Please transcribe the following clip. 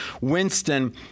Winston